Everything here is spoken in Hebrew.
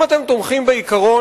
אם אתם תומכים בעיקרון,